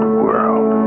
world